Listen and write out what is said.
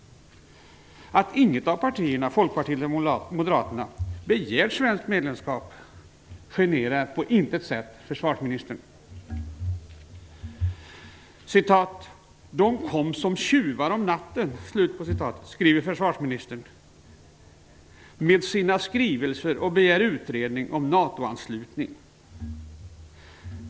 Att varken Folkpartiet eller Moderaterna begärt svenskt medlemskap generar på inget sätt försvarsministern. "Dom kom som tjuvar om natten", skriver försvarsministern, med sina skrivelser och begärde utredning om NATO-anslutning.